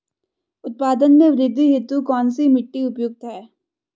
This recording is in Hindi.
उत्पादन में वृद्धि हेतु कौन सी मिट्टी उपयुक्त है?